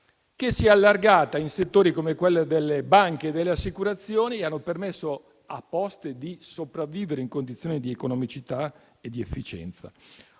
che si è allargata in settori come quelli delle banche e delle assicurazioni e ha permesso a Poste di sopravvivere in condizioni di economicità e di efficienza.